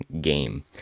game